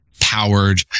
powered